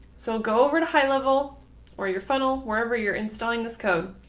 so go over to highlevel or your funnel. wherever you're installing this code,